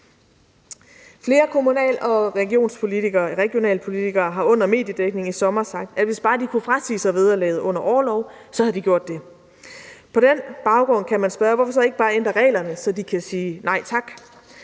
Flere kommunal- og regionalpolitikere har under mediedækningen i sommer sagt, at hvis bare de kunne frasige sig vederlaget under orlov, så havde de gjort det. På den baggrund kan man spørge: Hvorfor så ikke bare ændre reglerne, så de kan sige nej tak?